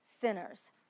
sinners